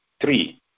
three